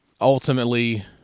Ultimately